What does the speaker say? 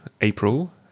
April